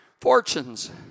fortunes